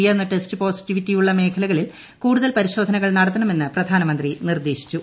ഉയർന്ന test positivity ഉള്ള മേഖലകളിൽ കൂടുതൽ പരിശോധനകൾ നടത്തണമെന്ന് പ്രധാനമന്ത്രി നിർദ്ദേശിച്ചു